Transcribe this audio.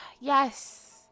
yes